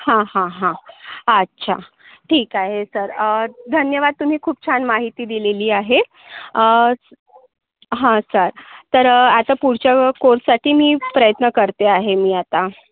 हां हां हां अच्छा ठीक आहे सर धन्यवाद तुम्ही खूप छान माहिती दिलेली आहे हां सर तर आता पुढच्या कोर्ससाठी मी प्रयत्न करते आहे मी आता